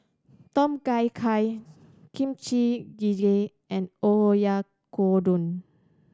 Tom Kha Gai Kimchi Jjigae and Oyakodon